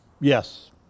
Yes